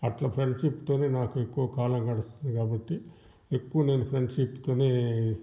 అట్ల ఫ్రెండ్షిప్ తోనే నాకెక్కువ కాలం గడుస్తుంది కాబట్టి ఎక్కువ నేను ఫ్రెండ్షిప్ తోనే